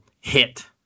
hit